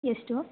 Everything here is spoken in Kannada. ಎಷ್ಟು